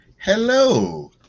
Hello